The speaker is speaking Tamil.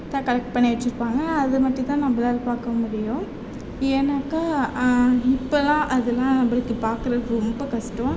தான் கலெக்ட் பண்ணி வெச்சுருப்பாங்க அதை மட்டும் தான் நம்மளால பார்க்க முடியும் ஏன்னாக்கால் இப்பெல்லாம் அதெல்லாம் நம்மளுக்கு பார்க்கறதுக்கு ரொம்ப கஷ்டம்